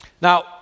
Now